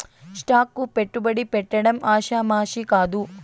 stock కు పెట్టుబడి పెట్టడం ఆషామాషీ కాదు